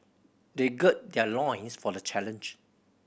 they gird their loins for the challenge